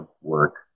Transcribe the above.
work